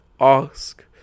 ask